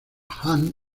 hunt